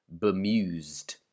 Bemused